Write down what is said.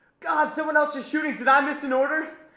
god someone else is shooting. did i miss an order?